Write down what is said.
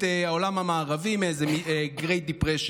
העולם המערבי מאיזה great depression.